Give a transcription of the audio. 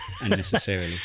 unnecessarily